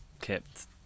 kept